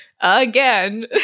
Again